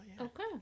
Okay